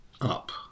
up